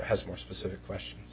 has more specific questions